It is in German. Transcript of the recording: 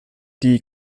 die